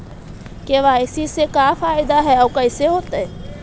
KYC से का फायदा है और कैसे होतै?